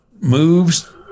moves